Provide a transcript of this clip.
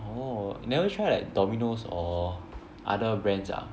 oh you never try like Domino's or other brands ah